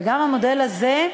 וגם המודל הזה,